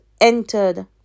entered